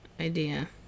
idea